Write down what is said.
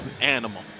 animal